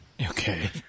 Okay